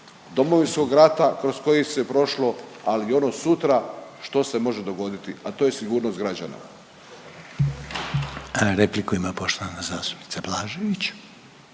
Domovinskog rata kroz koji se prošlo, ali i ono sutra što se može dogoditi, a to je sigurnost građana.